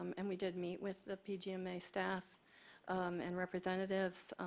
um and we did meet with the pgma staff and representatives,